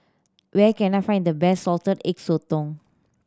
where can I find the best Salted Egg Sotong